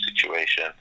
situation